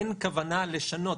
אין כוונה לשנות.